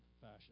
fashion